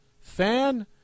fan